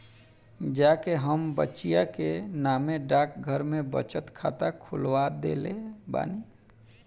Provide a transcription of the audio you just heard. जा के हम बचिया के नामे डाकघर में बचत खाता खोलवा देले बानी